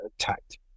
attacked